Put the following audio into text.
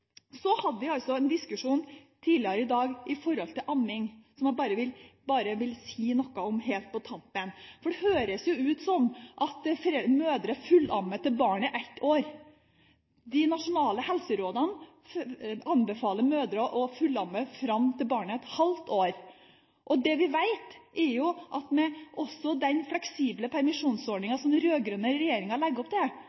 Vi hadde tidligere i dag en diskusjon om amming, som jeg helt på tampen vil si noe om. Det høres ut som om mødre fullammer barnet til det er ett år. De nasjonale helserådene anbefaler mødre å fullamme fram til barnet er et halvt år. Det vi vet, er at med den fleksible